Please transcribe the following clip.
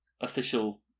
official